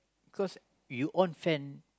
cause you on fan